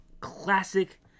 classic